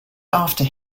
after